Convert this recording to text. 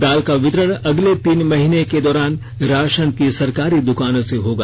दाल का वितरण अगले तीन महीने के दौरान राशन की सरकारी दुकानों से होगा